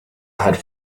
had